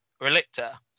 relicta